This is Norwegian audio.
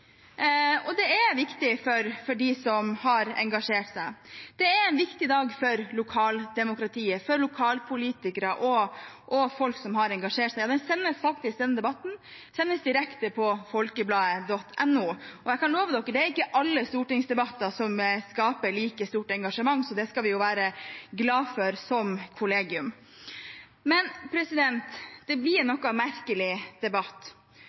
og det er viktig for dem som har engasjert seg. Det er en viktig dag for lokaldemokratiet, for lokalpolitikere og for folk som har engasjert seg. Denne debatten sendes faktisk direkte på folkebladet.no, og jeg kan love dere at det er ikke alle stortingsdebatter som skaper like stort engasjement, så det skal vi jo være glade for som kollegium. Det blir likevel en noe merkelig debatt